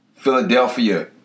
Philadelphia